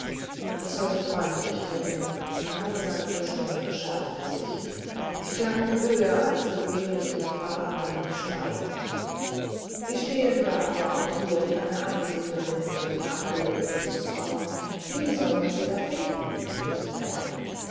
das sollte freundlich klingen aber die sanfte stimme verschärfte sich sie klang höher als gewöhnlich und war dadurch schneidend sie stehen ja aber auch hier wie eine einsiedlerin unter dem abgelegenen nußbaume wie soll man sie da finden fuhr sie fort